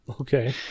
Okay